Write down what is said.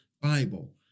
Bible